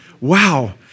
wow